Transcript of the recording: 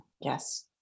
Yes